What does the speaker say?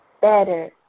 better